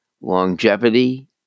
longevity